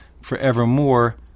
forevermore